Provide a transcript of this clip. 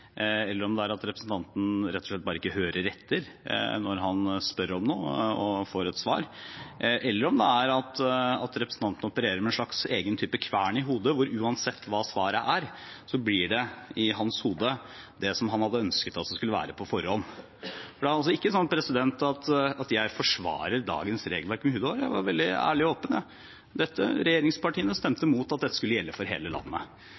eller om det er at representanten bare rett og slett ikke hører etter når han spør om noe og får et svar, eller om det er at representanten opererer med en slags egen type kvern i hodet, at uansett hva svaret er, blir det i hans hode det som han hadde ønsket at det skulle være på forhånd. Det er ikke sånn at jeg forsvarer dagens regelverk med hud og hår. Jeg var veldig ærlig og åpen på dette: Regjeringspartiene stemte mot at dette skulle gjelde for hele landet.